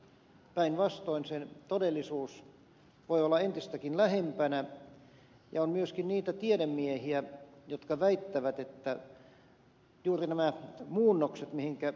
päinvastoin sen todellisuus voi olla entistäkin lähempänä ja on myöskin niitä tiedemiehiä jotka väittävät että juuri nämä muunnokset mihinkä ed